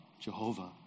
Jehovah